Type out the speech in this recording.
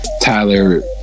Tyler